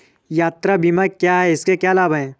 यात्रा बीमा क्या है इसके क्या लाभ हैं?